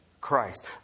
Christ